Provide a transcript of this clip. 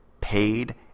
paid